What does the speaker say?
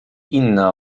inna